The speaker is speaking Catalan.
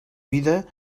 vida